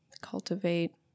cultivate